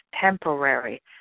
temporary